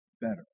better